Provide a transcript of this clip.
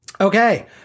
Okay